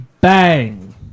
Bang